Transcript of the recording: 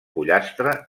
pollastre